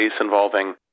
involving